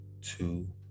two